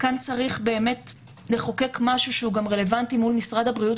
כאן צריך לחוקק משהו שהוא גם רלוונטי מול משרד הבריאות,